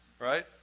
Right